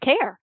care